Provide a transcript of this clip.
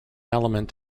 element